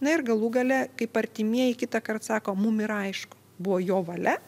na ir galų gale kaip artimieji kitąkart sako mum yr aišku buvo jo valia